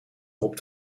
erop